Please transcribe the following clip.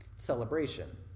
Celebration